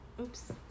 Oops